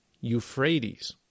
Euphrates